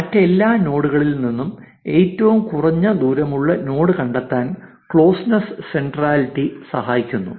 മറ്റെല്ലാ നോഡുകളിൽ നിന്നും ഏറ്റവും കുറഞ്ഞ ദൂരമുള്ള നോഡ് കണ്ടെത്താൻ ക്ലോസ്നസ് സെൻട്രാലിറ്റി സഹായിക്കുന്നു